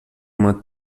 uma